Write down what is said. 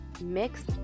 mixed